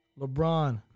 LeBron